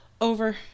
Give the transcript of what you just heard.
Over